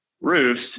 roofs